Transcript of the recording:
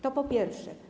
To po pierwsze.